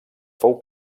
fou